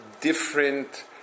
different